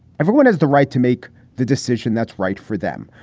everyone has the right to make the decision. that's right for them.